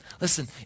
listen